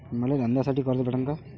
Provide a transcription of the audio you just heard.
मले धंद्यासाठी कर्ज भेटन का?